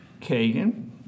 Kagan